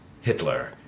Hitler